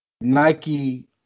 Nike